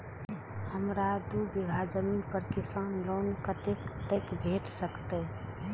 हमरा दूय बीगहा जमीन पर किसान लोन कतेक तक भेट सकतै?